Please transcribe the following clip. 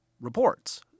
reports